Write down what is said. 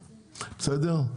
בסדר?